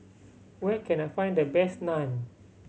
where can I find the best Naan